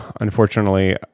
unfortunately